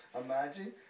Imagine